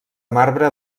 marbre